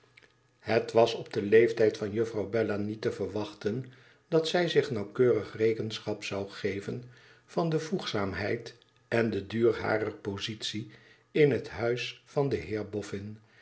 het was op den leeftijd van jufouw bella niet te verwachten dat zij zich nauwkeurig rekenschap zou geven van de voegzaamheid en den duur harer positie in het huis van den heer